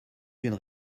d’une